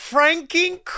Franking